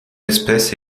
espèce